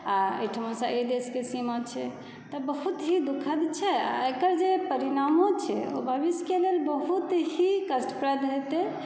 आ एहिठामसँ ई देशके सीमा छै तऽ बहुत ही दुःखद छै आ एकर जे परिणामो छै ओ भविष्यके लेल बहुत ही कष्टप्रद हेतै